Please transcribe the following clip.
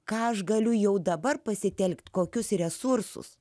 ką aš galiu jau dabar pasitelkti kokius resursus